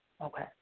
Okay